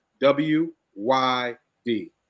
W-Y-D